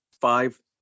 five